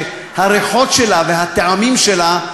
שהריחות שלה והטעמים שלה,